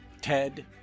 Ted